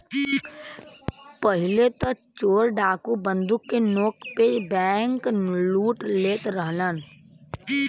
पहिले त चोर डाकू बंदूक के नोक पे बैंकलूट लेत रहलन